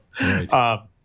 right